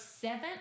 seventh